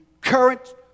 current